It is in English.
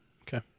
Okay